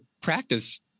practice